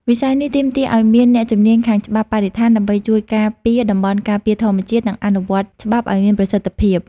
វិស័យនេះទាមទារឱ្យមានអ្នកជំនាញខាងច្បាប់បរិស្ថាន ដើម្បីជួយការពារតំបន់ការពារធម្មជាតិ និងអនុវត្តច្បាប់ឱ្យមានប្រសិទ្ធភាព។